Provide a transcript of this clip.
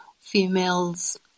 females